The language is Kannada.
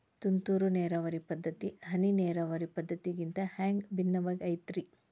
ತುಂತುರು ನೇರಾವರಿ ಪದ್ಧತಿ, ಹನಿ ನೇರಾವರಿ ಪದ್ಧತಿಗಿಂತ ಹ್ಯಾಂಗ ಭಿನ್ನವಾಗಿ ಐತ್ರಿ?